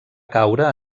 caure